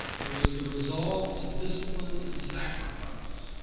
it was the resolve to discipline and sacrifice.